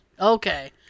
Okay